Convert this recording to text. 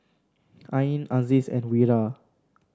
Ain Aziz and Wira